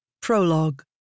Prologue